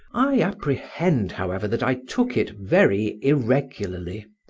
i apprehend, however, that i took it very irregularly,